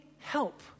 Help